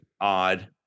odd